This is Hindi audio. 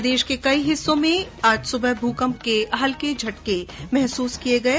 प्रदेश के कई हिस्सों में आज सुबह भूकंप के हल्के झटके महसूस किये गये